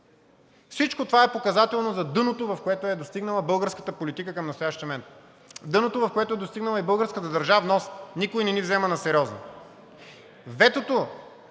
Всичко това е показателно за дъното, до което е достигнала българската политика към настоящия момент, дъното, до което е достигнала и българската държавност. Никой не ни взема насериозно. Ветото